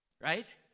Right